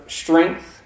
strength